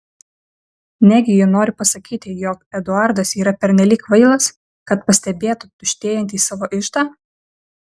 negi ji nori pasakyti jog eduardas yra pernelyg kvailas kad pastebėtų tuštėjantį savo iždą